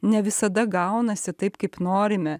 ne visada gaunasi taip kaip norime